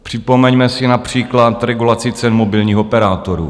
Připomeňme si například regulaci cen mobilních operátorů.